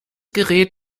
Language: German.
gerät